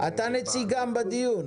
בדיון